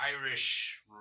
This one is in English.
Irish